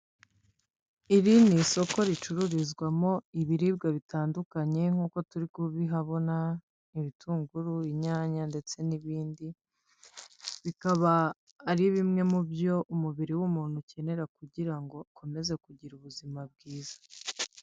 Iri ni isoko ricururizwamo ibiribwa bitandukanye nk'uko turi kubihabona ibitunguru, inyanya ndetse n'ibindi, bikaba ari bimwe mu byo umubiri w'umuntu ukenera kugira ngo ukomeze kugira ubuzima bwiza.